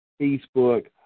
Facebook